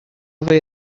away